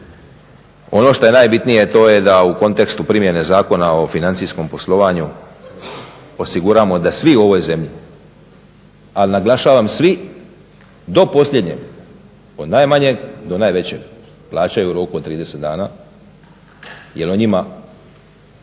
Ono što je najbitnije, a to je da u kontekstu primjene Zakona o financijskom poslovanju osiguramo da svi u ovoj zemlji, ali naglašavam svi do posljednjeg, od najmanjeg do najvećeg, plaćaju u roku od 30 dana. Jer o njima,